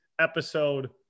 episode